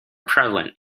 prevalent